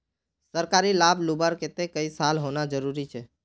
सरकारी लाभ लुबार केते कई साल होना जरूरी छे?